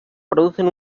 producen